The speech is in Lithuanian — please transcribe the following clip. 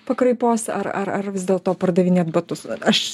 pakraipos ar ar ar vis dėl to pardavinėt batus aš